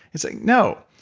it's like, no.